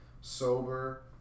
sober